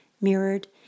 mirrored